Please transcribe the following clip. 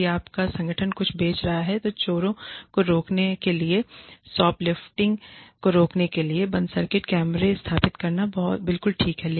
यदि आपका संगठन कुछ बेच रहा है तो चोरों को रोकने के लिए शॉपलिफ्टिंग को रोकने के लिए बंद सर्किट कैमरे स्थापित करना बिल्कुल ठीक है